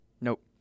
Nope